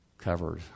covered